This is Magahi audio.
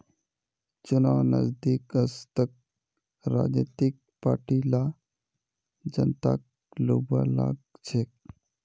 चुनाव नजदीक वस त राजनीतिक पार्टि ला जनताक लुभव्वा लाग छेक